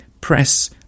press